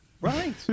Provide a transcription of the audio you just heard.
Right